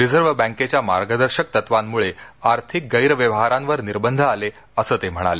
reserve बँकेच्या मार्गदर्शक तत्वांमुळं आर्थिक गैरव्यवहारांवर निर्बंध आले असं ते म्हणाले